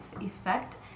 effect